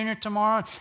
tomorrow